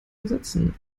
ersetzen